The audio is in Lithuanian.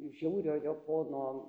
žiauriojo pono